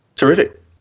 Terrific